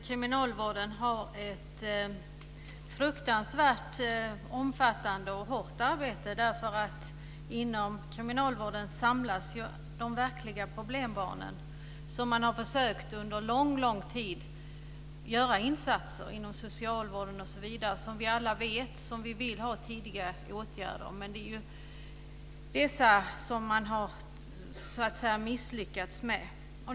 Kriminalvården har ett fruktansvärt omfattande och hårt arbete, för inom kriminalvården samlas de verkliga problembarnen. Man har under lång tid inom socialvården, osv., försökt att göra insatser, som vi alla vet. Vi vill ha tidiga åtgärder, men det är dessa man har misslyckats med.